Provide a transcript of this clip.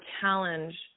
challenge